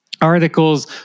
Articles